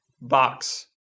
box